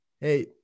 hey